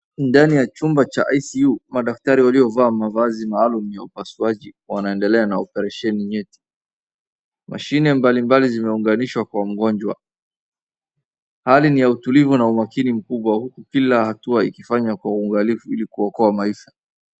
Ndani ya chumba cha ICUmadaktari waliovaa mavazi maalum ya upasuaji wanaendelea na operesheni nyeti. Mashine mbalimbali zimeunganiswa kwa mgojwa. Hali ni ya utilivu na umakini mkubwa kila hatua ikifanywa kwa uangalifu ili kuokoa maisha.